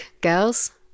girls